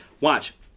Watch